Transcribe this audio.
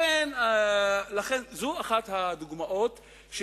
זו אחת הדוגמאות,